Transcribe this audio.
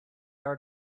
art